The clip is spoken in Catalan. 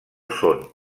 són